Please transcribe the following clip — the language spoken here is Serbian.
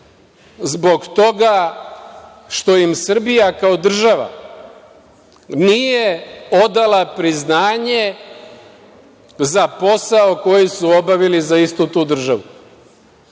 zbog toga što im Srbija kao država nije odala priznanje za posao koji su obavili za istu tu državu,